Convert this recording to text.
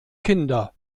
kinder